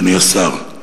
אדוני השר,